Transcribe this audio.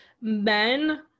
men